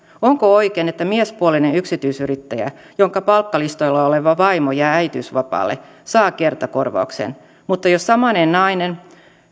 onko oikein että miespuolinen yksityisyrittäjä jonka palkkalistoilla oleva vaimo jää äitiysvapaalle saa kertakorvauksen mutta jos samainen nainen